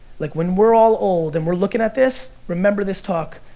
like when we're all old and we're looking at this, remember this talk.